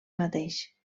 mateix